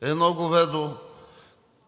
едно говедо,